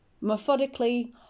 methodically